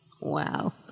Wow